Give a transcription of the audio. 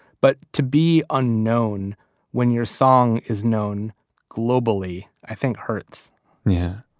but to be unknown when your song is known globally, i think hurts yeah.